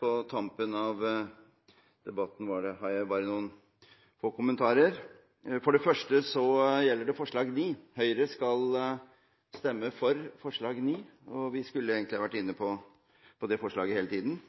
På tampen av debatten har jeg bare noen få kommentarer. For det første gjelder det forslag 9. Høyre skal stemme for forslag 9, og vi skulle egentlig ha vært inne på det forslaget hele tiden.